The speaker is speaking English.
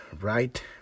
right